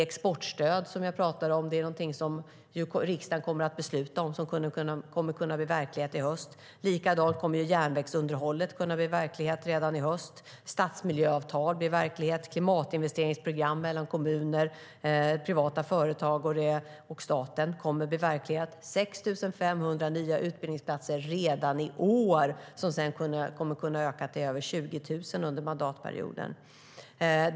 Exportstödet som riksdagen kommer att besluta om blir verklighet i höst. Även järnvägsunderhållet kommer att bli verklighet i höst. Stadsmiljöavtal blir verklighet. Klimatinvesteringsprogram mellan kommuner, privata företag och staten kommer att bli verklighet. 6 500 nya utbildningsplatser blir verklighet redan i år och kommer att öka till över 20 000 under mandatperioden.